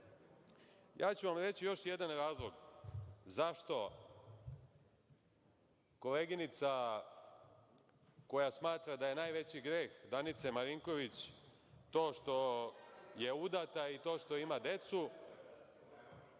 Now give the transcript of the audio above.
ću vam još jedan razlog zašto koleginica smatra da je najveći greh Danice Marinković to što je udata i to što ima decu.